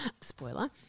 Spoiler